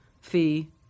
fee